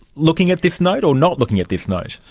looking at this note or not looking at this note?